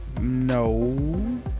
No